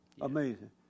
amazing